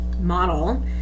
model